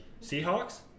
Seahawks